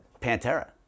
Pantera